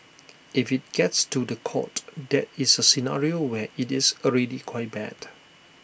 if IT gets to The Court that is A scenario where IT is already quite bad